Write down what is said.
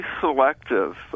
selective